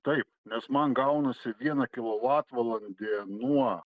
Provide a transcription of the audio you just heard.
taip nes man gaunasi viena kilovatvalandė nuo